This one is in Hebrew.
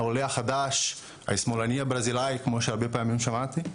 העולה החדש השמאלני הברזילאי כמו שהרבה פעמים שמעתי,